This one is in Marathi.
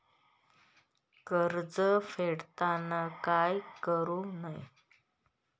कर्ज फेडताना काय करु नये?